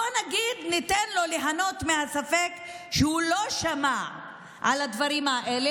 בואו ניתן לו ליהנות מהספק שהוא לא שמע על הדברים האלה,